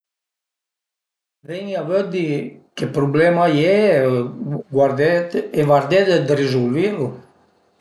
Veni a vëddi che prublema a ie e guardé vardé dë rizulvilu